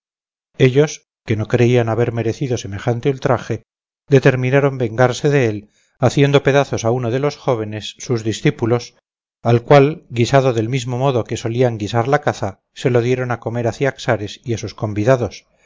ellos que no creían haber merecido semejante ultraje determinaron vengarse de él haciendo pedazos a uno de los jóvenes sus discípulos al cual guisado del mismo modo que solían guisar la caza se lo dieron a comer a ciaxares y a sus convidados